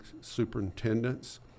superintendents